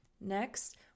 Next